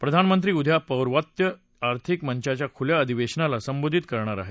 प्रधानमंत्री उद्या पौर्वत्य आर्थिक मंचाच्या खुल्या अधिवेशनाला संबोधित करणार आहेत